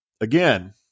Again